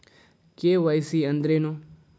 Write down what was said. KYC ಅಂದ್ರೇನು?